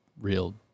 real